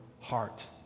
heart